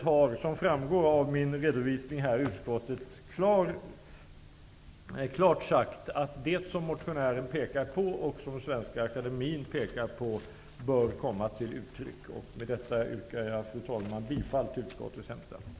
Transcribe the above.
Det beror på att motionären vill att vi skall ta in den officiella namnlängden i statskalendern, och det kravet har utskottet ingen förståelse för. Med detta yrkar jag, fru talman, bifall till utskottets hemställan.